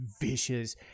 vicious